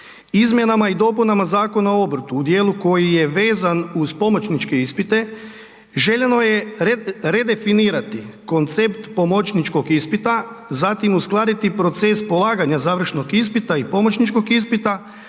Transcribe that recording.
Izmjenama i dopunama Zakona o obrtu u dijelu koji je vezan uz pomoćničke ispite željeno je redefinirati koncept pomoćničkog ispita, zatim uskladiti proces polaganja završnog ispita i pomoćničkog ispita